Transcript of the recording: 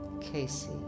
Casey